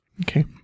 Okay